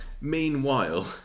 Meanwhile